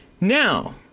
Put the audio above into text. Now